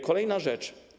Kolejna rzecz.